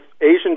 Asian